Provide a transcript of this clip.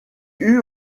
eut